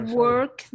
work